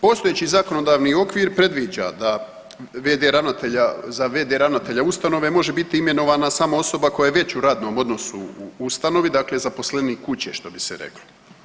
Postojeći zakonodavni okvir predviđa da v.d. ravnatelja, za v.d. ravnatelja ustanove može biti imenovana samo osoba koja je već u ravnom odnosu u ustanovi, dakle zaposlenik kuće, što bi se reklo.